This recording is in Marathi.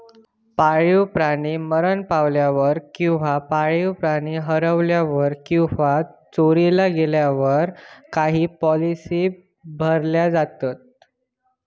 पाळीव प्राणी मरण पावल्यावर किंवा पाळीव प्राणी हरवल्यावर किंवा चोरीला गेल्यावर काही पॉलिसी भरल्या जातत